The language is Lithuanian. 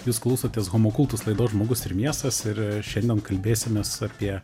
jūs klausotės homo cultus laidos žmogus ir miestas ir šiandien kalbėsimės apie